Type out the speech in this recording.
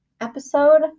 episode